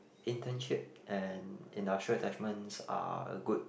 internship and industrial attachments are a good